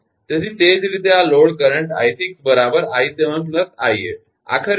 તેથી તે જ રીતે આ લોડ કરંટ 𝐼6 𝑖7 𝑖8